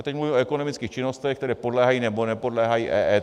Teď mluvím o ekonomických činnostech, které podléhají nebo nepodléhají EET.